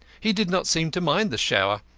he did not seem to mind the shower.